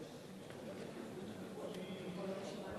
שלוש דקות.